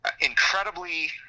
incredibly